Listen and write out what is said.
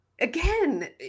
again